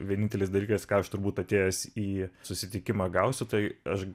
ir vienintelis dalykas ką aš turbūt atėjęs į susitikimą gausiu tai aš